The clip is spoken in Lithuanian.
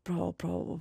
pro pro